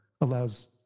allows